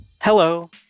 Hello